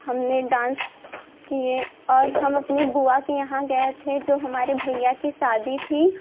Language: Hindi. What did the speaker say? हमने डांस किए और हम अपनी बुआ के यहाँ गए थे जो हमारे भैया की शादी थी